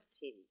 tea